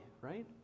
right